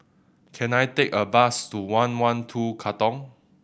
can I take a bus to one One Two Katong